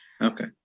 Okay